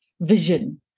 vision